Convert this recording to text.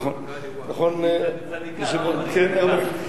נכון, היא צדיקה, לא רבנית.